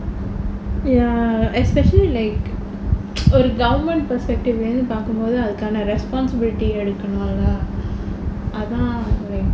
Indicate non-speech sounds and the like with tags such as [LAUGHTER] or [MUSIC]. ya especially like [NOISE] oh government perspective பாக்கும்போது அதுக்கான:paakkumpothu athukkaana responsibility இருக்கனும்:irukkanum lah